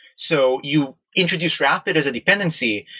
so you introduce rapid as a dependency,